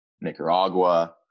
Nicaragua